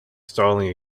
styling